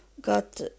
got